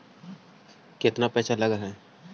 केतना पैसा लगय है?